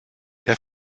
der